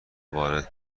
وارد